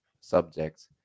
subjects